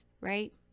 right